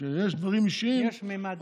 כשיש דברים אישיים, יש ממד אישי.